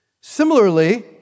Similarly